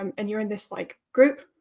um and you're in this like group,